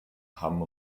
hamm